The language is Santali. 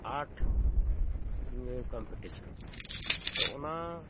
ᱟᱴ ᱠᱚᱢᱯᱤᱴᱤᱥᱚᱱ ᱛᱚ ᱚᱱᱟ